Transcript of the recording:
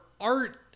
art